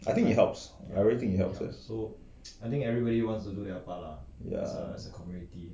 I think it helps I really think it help ya